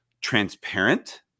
Transparent